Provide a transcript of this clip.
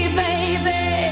baby